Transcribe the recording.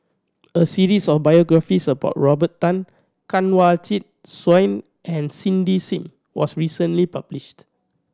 a series of biographies about Robert Tan Kanwaljit Soin and Cindy Sim was recently published